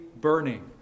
burning